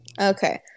Okay